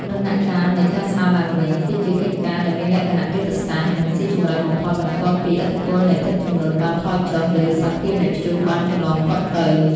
ដំណាក់កាលនៃ ការស្ដារឡើងវិញ គឺជាកិច្ចការដែលមានលក្ខណៈយុទ្ធសាស្ត្រ និងស៊ីជម្រៅបំផុត បន្ទាប់ពីឥទ្ធិពលនៃទឹកជំនន់បានថយចុះ ឬសភាពនៃព្យុះបានកន្លងផុតទៅ។